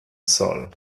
soll